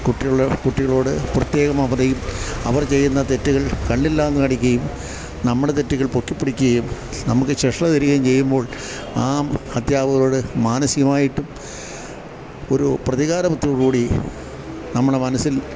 കുട്ടികളോട് പ്രത്യേക മമതയും അവർ ചെയ്യുന്ന തെറ്റുകൾ കണ്ടില്ലെന്ന് നടിക്കുകയും നമ്മുടെ തെറ്റുകൾ പൊക്കിപ്പിടിക്കുകയും നമുക്ക് ശിക്ഷ തരികയും ചെയ്യുമ്പോൾ ആ അധ്യാപകരോട് മാനസികമായിട്ട് ഒരു പ്രതികാരബുദ്ധി നമ്മുടെ മനസ്സിൽ